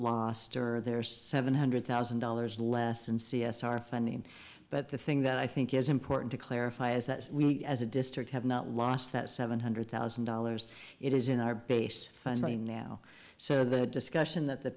lost or there are seven hundred thousand dollars less in c s r funding but the thing that i think is important to clarify is that we as a district have not lost that seven hundred thousand dollars it is in our base fund money now so the discussion that the